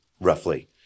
roughly